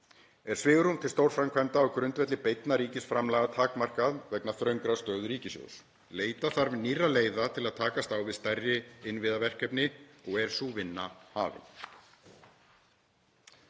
er svigrúm til stórframkvæmda á grundvelli beinna ríkisframlaga takmarkað vegna þröngrar stöðu ríkissjóðs. Leita þarf nýrra leiða til að geta tekist á við stærri innviðaverkefni og er sú vinna hafin.